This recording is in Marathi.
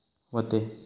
व्हते